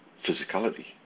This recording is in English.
physicality